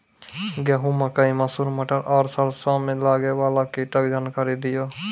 गेहूँ, मकई, मसूर, मटर आर सरसों मे लागै वाला कीटक जानकरी दियो?